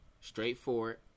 straightforward